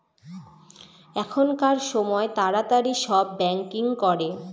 এখনকার সময় তাড়াতাড়ি সব ব্যাঙ্কিং করে